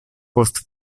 post